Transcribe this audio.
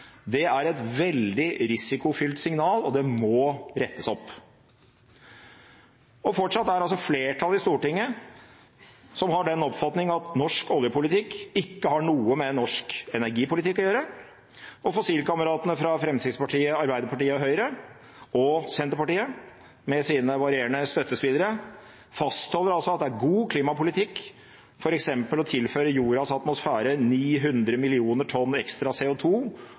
Det er et veldig risikofylt signal, og det må rettes opp. Fortsatt er det altså et flertall i Stortinget som har den oppfatning at norsk oljepolitikk ikke har noe med norsk energipolitikk å gjøre. Fossilkameratene fra Fremskrittspartiet, Arbeiderpartiet og Høyre, og Senterpartiet, med sine varierende støttespillere, fastholder at det er god klimapolitikk f.eks. å tilføre jordas atmosfære 900 millioner tonn ekstra